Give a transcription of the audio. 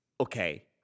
Okay